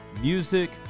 music